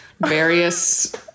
various